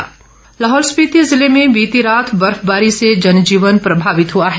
बर्फबारी लाहौल स्पिति ज़िले में बीती रात बर्फबारी से जनजीवन प्रभावित हुआ है